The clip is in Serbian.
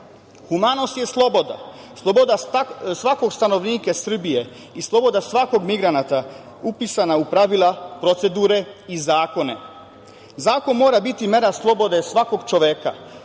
čoveka. Humanost je sloboda, sloboda svakog stanovnika Srbija i sloboda svakog migranata upisanog u pravila procedure i zakone. Zakon mora biti mera slobode svakog čoveka,